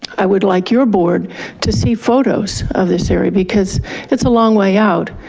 i would like your board to see photos of this area, because it's a long way out.